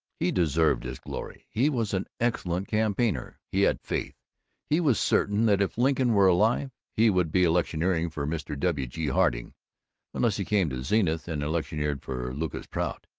he deserved his glory. he was an excellent campaigner. he had faith he was certain that if lincoln were alive, he would be electioneering for mr. w. g. harding unless he came to zenith and electioneered for lucas prout.